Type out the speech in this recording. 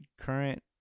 current